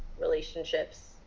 relationships